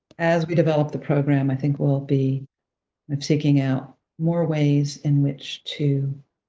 as we develop the program, i think we'll be seeking out more ways in which to